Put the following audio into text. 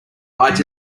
rides